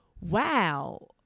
wow